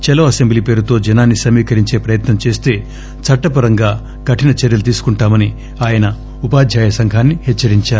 ఛలో assembly పేరుతో జనాన్ని సమీకరించే ప్రయత్నం చేస్తే చట్టపరంగా కఠిన చర్యలు తీసుకుంటామని ఆయన ఉపాధ్యాయ సంఘాన్పి హెచ్చరించారు